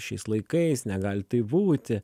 šiais laikais negali taip būti